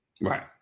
Right